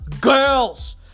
girls